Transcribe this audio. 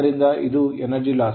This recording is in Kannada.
ಆದ್ದರಿಂದ ಇದು energy loss